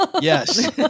Yes